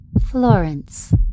Florence